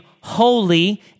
holy